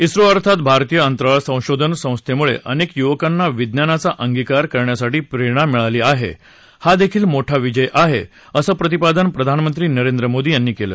इसरो अर्थात भारतीय अंतराळ संशोधन संस्थेमुळे अनेक युवकांना विज्ञानाचा अंगीकार करण्यासाठी प्रेरणा मिळाली आहे हा देखील मोठा विजय आहे असं प्रतिपादन प्रधानमंत्री नरेंद्र मोदी यांनी केलं